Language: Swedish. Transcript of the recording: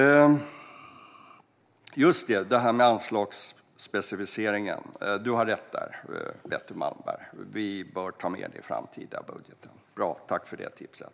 När det gäller anslagsspecificeringen har du rätt, Betty Malmberg. Vi bör ta med detta i framtida budgetar. Tack för det tipset!